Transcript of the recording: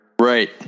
Right